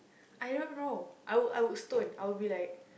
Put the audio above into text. I don't know I would I would stone I would be like